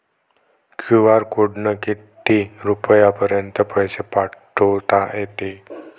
QR कोडनं किती रुपयापर्यंत पैसे पाठोता येते?